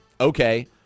okay